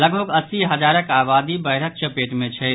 लगभग अस्सी हजारक आबादी बाढ़िक चपेट मे छथि